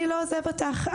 אני לא עוזב אותך,